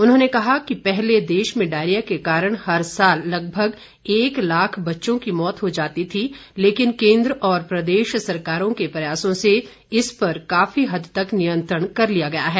उन्होंने कहा पहले देश में डायरिया के कारण हर साल लगभग एक लाख बच्चों की मौत हो जाती थी लेकिन केन्द्र और प्रदेश सरकारों के प्रयासों से इस पर काफी हद तक नियंत्रण कर लिया गया है